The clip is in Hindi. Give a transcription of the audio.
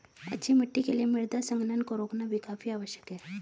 अच्छी मिट्टी के लिए मृदा संघनन को रोकना भी काफी आवश्यक है